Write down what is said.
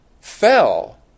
fell